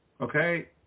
Okay